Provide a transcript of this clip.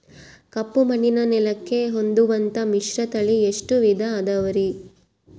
ಕಪ್ಪುಮಣ್ಣಿನ ನೆಲಕ್ಕೆ ಹೊಂದುವಂಥ ಮಿಶ್ರತಳಿ ಎಷ್ಟು ವಿಧ ಅದವರಿ?